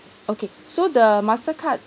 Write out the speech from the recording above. okay so the mastercard